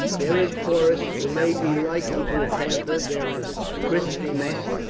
there is porus, who may be likened to a panther there is chresimus,